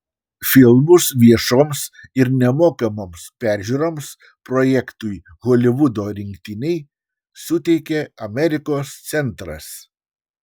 filmus viešoms ir nemokamoms peržiūroms projektui holivudo rinktiniai suteikė amerikos centras